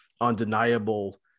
undeniable